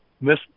Miss